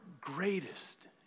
greatest